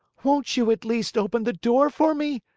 won't you, at least, open the door for me?